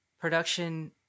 Production